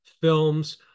films